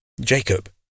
Jacob